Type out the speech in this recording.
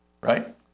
right